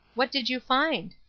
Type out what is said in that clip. what did you find?